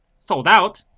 sold out?